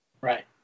Right